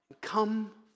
Come